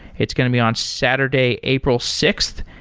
it's going to be on saturday, april sixth,